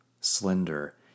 Slender